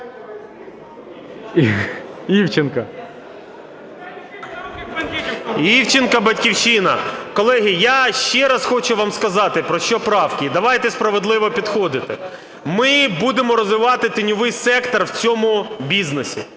В.Є. Івченко, "Батьківщина". Колеги, я ще раз хочу вам сказати про що правки. Давайте справедливо підходити. Ми будемо розвивати тіньовий сектор в цьому бізнесі.